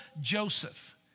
Joseph